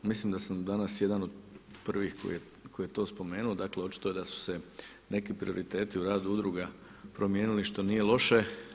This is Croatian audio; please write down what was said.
Mislim da sam danas jedan od prvih koji je to spomenuo, dakle očito je da su se neki prioriteti o radu udruga promijenili što nije loše.